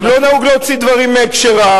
גם לא נהוג להוציא דברים מהקשרם,